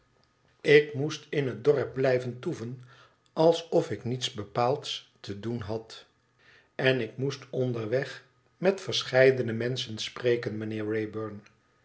ik moestin het dorp blijven toeven alsof ik niets bepaalds te doen had en ik moest onderweg met verscheidene menschen spreken